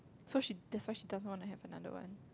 so she that's why she doesn't want to have another one